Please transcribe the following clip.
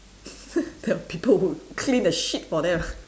the people would clean the shit for them